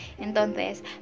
Entonces